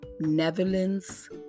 Netherlands